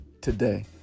today